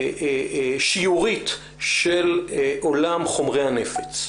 שיורית של עולם חומרי הנפץ.